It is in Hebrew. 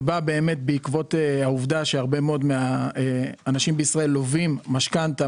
וזה בא בעקבות העובדה שהרבה מאוד אנשים בישראל לווים משכנתה